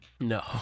no